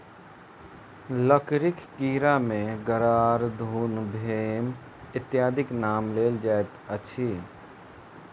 लकड़ीक कीड़ा मे गरार, घुन, भेम इत्यादिक नाम लेल जाइत अछि